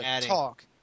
talk